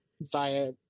via